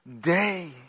day